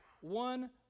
One